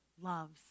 loves